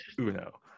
Uno